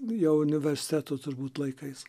jau universitetų turbūt laikais